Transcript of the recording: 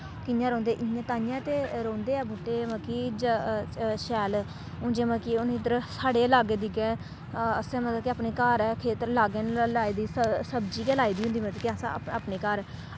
कि'यां रौंह्दे इ'यां तांइयैं दे रौंह्दे ऐ बूह्टे मतलब कि शैल हून जि'यां मतलब कि हून इद्धर साढ़े गै लाग्गै दिखगै असें मतलब कि अपने घर खेतर लाग्गै न लाई दी स सब्जी गै लाई दी होंदी मतलब कि असें अपने घर